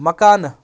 مکانہٕ